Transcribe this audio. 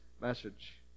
message